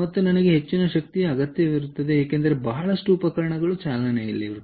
ಮತ್ತು ನನಗೆ ಹೆಚ್ಚಿನ ಶಕ್ತಿಯ ಅಗತ್ಯವಿರುತ್ತದೆ ಏಕೆಂದರೆ ಬಹಳಷ್ಟು ಉಪಕರಣಗಳು ಚಾಲನೆಯಲ್ಲಿವೆ